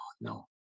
no